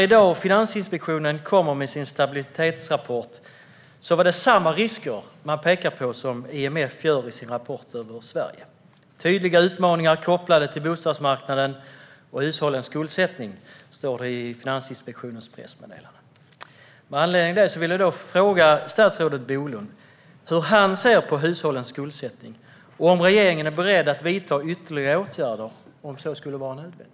I Finansinspektionens stabilitetsrapport, som kom i dag, pekar man på samma risker som IMF pekar på i sin rapport om Sverige. Det handlar, enligt Finansinspektionens pressmeddelande, om tydliga utmaningar kopplade till bostadsmarknaden och hushållens skuldsättning. Med anledning av det vill jag fråga statsrådet Per Bolund hur han ser på hushållens skuldsättning, och om regeringen är beredd är beredd att vidta ytterligare åtgärder om så skulle vara nödvändigt.